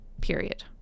period